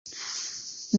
this